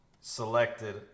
selected